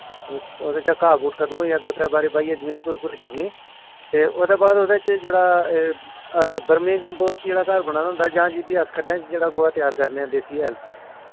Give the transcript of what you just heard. ओह्दे चा घा बूट खतम होई जाऽ दो त्रै बारी बाहियै जमीन भुर भुरी करनी ते ओह्दे बाद ओह्दे च जेह्ड़ा बर्मी कम्पोस्ट जेह्ड़ा घर बने दा होंदा जां फ्ही अस खड्ढें च जेह्ड़ा गोहा त्यार करने आं देसी हैल